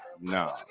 no